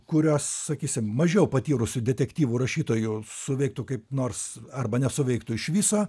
kurios sakysim mažiau patyrusių detektyvų rašytojų suveiktų kaip nors arba nesuveiktų iš viso